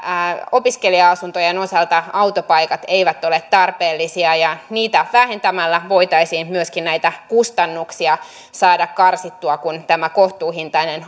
opiskelija asuntojen osalta autopaikat eivät ole tarpeellisia ja niitä vähentämällä voitaisiin myöskin näitä kustannuksia saada karsittua kun tämä kohtuuhintainen